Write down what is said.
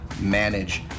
manage